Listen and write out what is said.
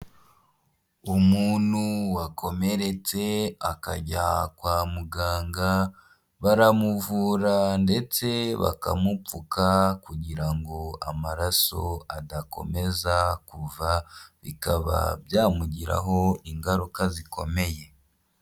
Umuntu wakomeretse akajya kwa muganga baramuvura ndetse bakamupfuka kugira ngo amaraso adakomeza kuva bikaba byamugiraho ingaruka zikomeye.